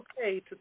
okay